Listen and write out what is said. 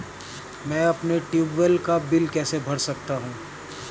मैं अपने ट्यूबवेल का बिल कैसे भर सकता हूँ?